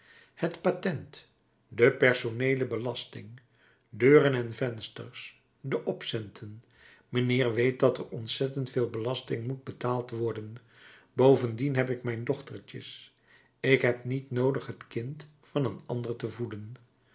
het patent de personeele belasting deuren en vensters de opcenten mijnheer weet dat er ontzettend veel belasting moet betaald worden bovendien heb ik mijn dochtertjes ik heb niet noodig het kind van een ander te voeden